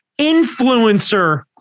influencer